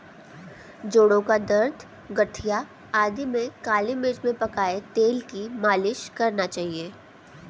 जोड़ों का दर्द, गठिया आदि में काली मिर्च में पकाए तेल की मालिश करना चाहिए